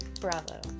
Bravo